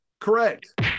Correct